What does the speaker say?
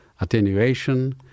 attenuation